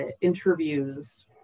interviews